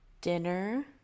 dinner